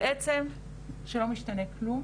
בעצם שלא משתנה כלום